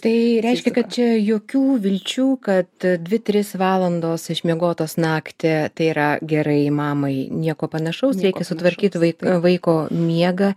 tai reiškia kad čia jokių vilčių kad dvi tris valandos išmiegotos naktį tai yra gerai mamai nieko panašaus reikia sutvarkyt vaiko miegą